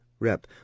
Rep